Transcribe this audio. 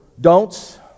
don'ts